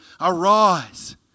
arise